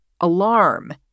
alarm